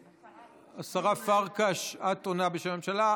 השרה פרקש, את עונה בשם הממשלה.